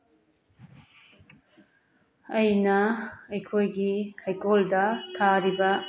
ꯑꯩꯅ ꯑꯩꯈꯣꯏꯒꯤ ꯍꯩꯀꯣꯜꯗ ꯊꯥꯔꯤꯕ